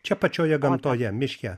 čia pačioje gamtoje miške